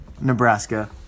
Nebraska